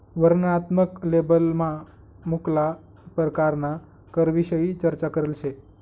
वर्णनात्मक लेबलमा मुक्ला परकारना करविषयी चर्चा करेल शे